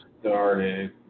started